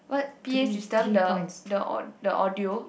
what p_a system the the the audio